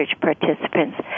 participants